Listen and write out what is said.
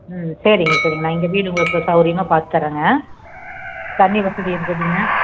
ம் சரிங்க சரிங்க நான் இங்கே வீடு உங்களுக்கு சௌரியமாக பார்த்து தரேங்க தண்ணீ வசதி இருந்ததுங்க